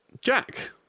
Jack